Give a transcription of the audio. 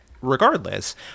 Regardless